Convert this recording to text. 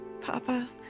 Papa